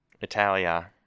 Italia